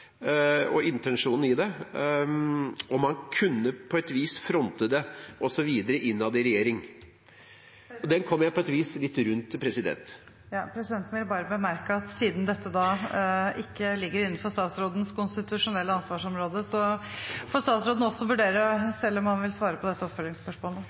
og intensjonen med det – jeg regner med at statsråden har lest det – og om han på et vis kunne fronte det innad i regjeringen. Så det kom jeg på et vis litt rundt. Presidenten vil bemerke at siden dette ikke ligger innenfor statsrådens konstitusjonelle ansvarsområde, får statsråden selv vurdere